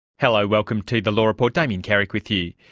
hello, welcome to the law report, damien carrick with you.